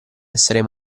esser